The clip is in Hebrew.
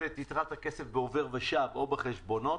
את יתרת הכסף בעובר ושב או בחשבונות,